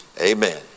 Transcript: Amen